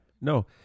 no